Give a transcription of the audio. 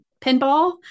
pinball